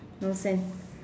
no